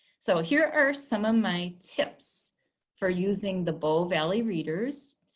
so here are some of my tips for using the bow valley readers.